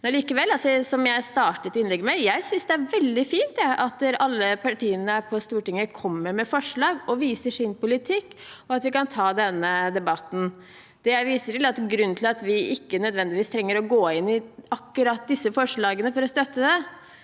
allikevel det er veldig fint at alle partiene på Stortinget kommer med forslag og viser sin politikk, og at vi kan ta denne debatten. Det jeg viser til, er at grunnen til at vi ikke nødvendigvis trenger å gå inn i akkurat disse forslagene for å støtte det,